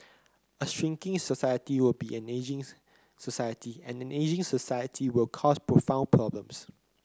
a shrinking society will be an ageing society and an ageing society will cause profound problems